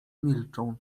milczą